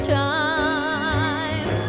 time